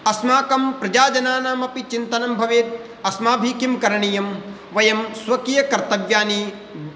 अस्माकं प्रजाजनानां अपि चिन्तनं भवेत् अस्माभिः किं करणीयं वयं स्वकीयकर्तव्यानि